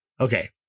Okay